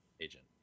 agent